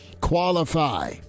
qualify